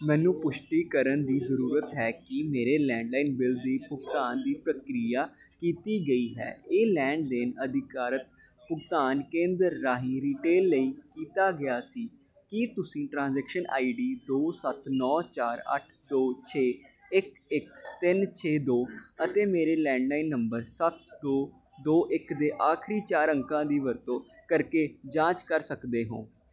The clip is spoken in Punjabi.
ਮੈਨੂੰ ਪੁਸ਼ਟੀ ਕਰਨ ਦੀ ਜ਼ਰੂਰਤ ਹੈ ਕੀ ਮੇਰੇ ਲੈਂਡਲਾਈਨ ਬਿੱਲ ਦੇ ਭੁਗਤਾਨ ਦੀ ਪ੍ਰਕਿਰਿਆ ਕੀਤੀ ਗਈ ਹੈ ਇਹ ਲੈਣ ਦੇਣ ਅਧਿਕਾਰਤ ਭੁਗਤਾਨ ਕੇਂਦਰ ਰਾਹੀਂ ਰੀਟੇਲ ਲਈ ਕੀਤਾ ਗਿਆ ਸੀ ਕੀ ਤੁਸੀਂ ਟ੍ਰਾਂਜੈਕਸ਼ਨ ਆਈਡੀ ਦੋ ਸੱਤ ਨੌਂ ਚਾਰ ਅੱਠ ਦੋ ਛੇ ਇੱਕ ਇੱਕ ਤਿੰਨ ਛੇ ਦੋ ਅਤੇ ਮੇਰੇ ਲੈਂਡਲਾਈਨ ਨੰਬਰ ਸੱਤ ਦੋ ਦੋ ਇੱਕ ਦੇ ਆਖਰੀ ਚਾਰ ਅੰਕਾਂ ਦੀ ਵਰਤੋਂ ਕਰਕੇ ਜਾਂਚ ਕਰ ਸਕਦੇ ਹੋ